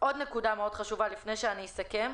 עוד נקודה מאוד חשובה, לפני שאני אסכם.